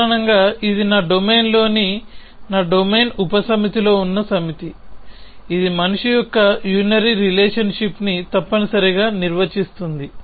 సాధారణంగా ఇది నా డొమైన్లోని నా డొమైన్ ఉపసమితిలో ఉన్న సమితి ఇది మనిషి యొక్క యూనరీ రిలేషన్ షిప్ ని తప్పనిసరిగా నిర్వచిస్తుంది